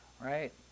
right